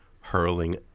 hurling